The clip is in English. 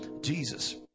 Jesus